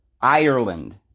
Ireland